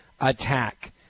attack